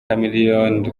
chameleone